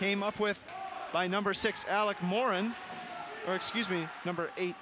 came up with by number six alec morron or excuse me number eight